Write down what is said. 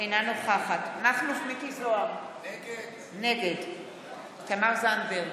אינה נוכחת מכלוף מיקי זוהר, נגד תמר זנדברג,